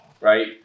right